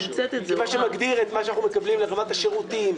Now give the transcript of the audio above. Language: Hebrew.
זה מה שמגדיר את מה שאנחנו מקבלים ברמת השירותים,